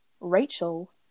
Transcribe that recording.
Rachel